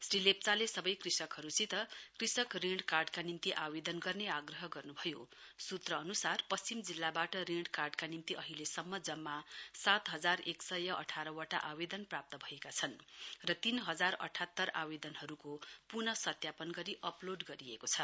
श्री लेप्चाले सबै कृषकहरूसित कृषक श्रृण कार्डका निम्ति आवेदन गर्ने आग्रह गर्नुभयो सूत्र नुसार पश्चिम जिल्लाबाट ऋण कार्डका निम्ति अहिलेसम्म जम्मा सात हजार एक सय अठार वटा आवेदन प्राप्त भएका छन् र तीन हजार अठातर आवेदनहरूको पुन सत्यापन गरी अपलोड गरिएको छ